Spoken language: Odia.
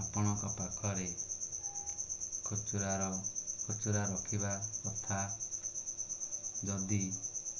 ଆପଣଙ୍କ ପାଖରେ ଖୁଚୁରା ଖୁଚୁରା ରଖିବା କଥା ଯଦି